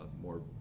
more